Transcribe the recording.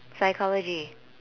psychology